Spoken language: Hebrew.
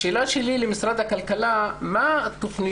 השאלה שלי למשרד הכלכלה היא מה התוכניות